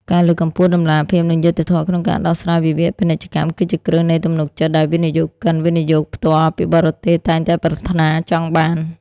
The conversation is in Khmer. ការលើកកម្ពស់តម្លាភាព និងយុត្តិធម៌ក្នុងការដោះស្រាយវិវាទពាណិជ្ជកម្ម គឺជាគ្រឹះនៃទំនុកចិត្តដែលវិនិយោគិន វិនិយោគផ្ទាល់ពីបរទេស តែងតែប្រាថ្នាចង់បាន។